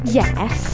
yes